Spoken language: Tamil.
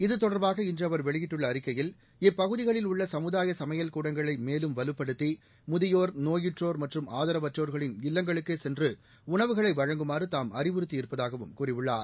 இது தொடாபாக இன்று அவர் வெளியிட்டுள்ள அறிக்கையில் இப்பகுதிகளில் உள்ள சமுதாய சமையல் கூடங்களை மேலும் வலுப்படுத்தி முதியோா் நோயுற்றோா் மற்றும் ஆதரவற்றோா்களின் இல்லங்களுக்கே சென்று உணவுகளை வழங்குமாறு தாம் அறிவுறுத்தி இருப்பதாகவும் கூறியுள்ளார்